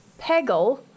Peggle